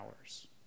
hours